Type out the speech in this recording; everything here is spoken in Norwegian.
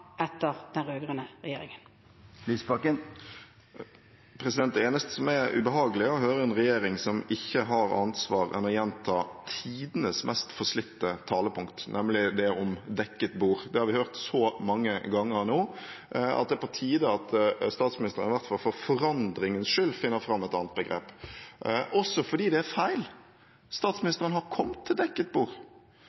eneste som er ubehagelig, er å høre en regjering som ikke har annet svar enn å gjenta tidenes mest forslitte talepunkt, nemlig det om «dekket bord». Det har vi hørt så mange ganger nå at det er på tide at statsministeren – i hvert fall for forandringens skyld – finner fram et annet begrep, også fordi det er feil. Statsministeren har kommet til dekket bord.